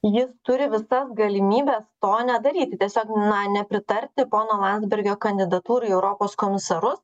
jis turi visas galimybes to nedaryti tiesiog na nepritarti pono landsbergio kandidatūrai į europos komisarus